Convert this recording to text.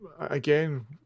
again